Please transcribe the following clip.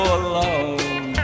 alone